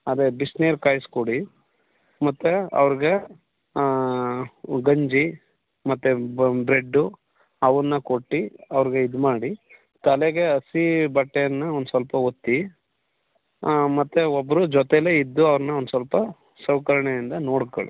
ಅದೇ ಬಿಸ್ನೀರು ಕಾಯಿಸ್ಕೊಡಿ ಮತ್ತು ಅವ್ರಿಗೆ ಗಂಜಿ ಮತ್ತು ಬ್ರೆಡ್ಡು ಅವನ್ನು ಕೊಟ್ಟು ಅವ್ರಿಗೆ ಇದು ಮಾಡಿ ತಲೆಗೆ ಹಸಿ ಬಟ್ಟೆಯನ್ನು ಒಂದು ಸ್ವಲ್ಪ ಒತ್ತಿ ಮತ್ತು ಒಬ್ಬರು ಜೊತೇಲೆ ಇದ್ದು ಅವ್ರನ್ನ ಒಂದು ಸ್ವಲ್ಪ ಸವ್ಕರ್ಣೆಯಿಂದ ನೋಡ್ಕೊಳಿ